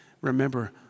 remember